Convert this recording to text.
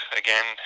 again